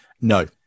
No